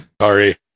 Sorry